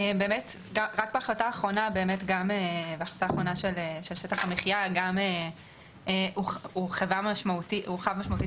רק בהחלטה האחרונה של שטח המחיה הורחב משמעותית